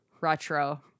Retro